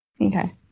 okay